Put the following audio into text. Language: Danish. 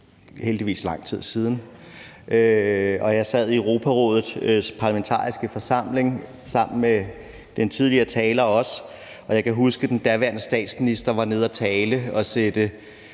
heldigvis lang tid siden – og jeg sad i Europarådets parlamentariske forsamling sammen med den tidligere taler, og jeg kan huske, at den daværende statsminister var nede og tale og sætte